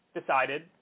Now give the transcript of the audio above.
decided